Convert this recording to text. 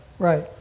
Right